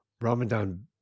Ramadan